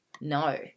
no